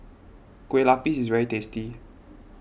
Kueh Lapis is very tasty